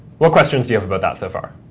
what questions do you have about that so far?